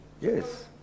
Yes